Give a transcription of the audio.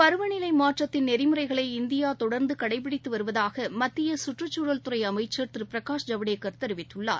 பருவநிலைமாற்றத்தின் நெறிமுறைகளை இந்தியாதொடர்ந்துகடைபிடித்துவருவதாகமத்தியகற்றுச்சூழல்துறைஅமைச்சர் ஐவடேக்கர் தெரிவித்துள்ளார்